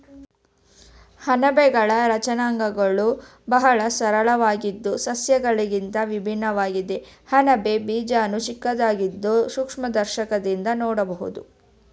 ಅಣಬೆಗಳ ರಚನಾಂಗಗಳು ಬಹಳ ಸರಳವಾಗಿದ್ದು ಸಸ್ಯಗಳಿಗಿಂತ ಭಿನ್ನವಾಗಿದೆ ಅಣಬೆ ಬೀಜಾಣು ಚಿಕ್ಕದಾಗಿದ್ದು ಸೂಕ್ಷ್ಮದರ್ಶಕದಿಂದ ನೋಡ್ಬೋದು